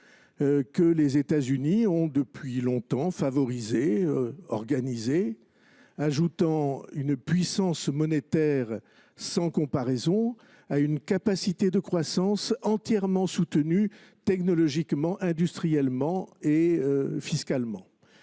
que les États Unis ont depuis longtemps organisé la captation, ajoutant une puissance monétaire sans comparaison à une capacité de croissance entièrement soutenue technologiquement, industriellement et fiscalement.